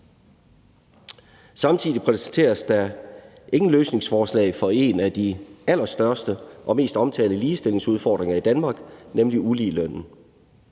Samtidig præsenteres der ingen løsningsforslag for en af de allerstørste og mest omtalte ligestillingsudfordringer i Danmark, nemlig uligelønnen.